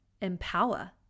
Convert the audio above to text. empower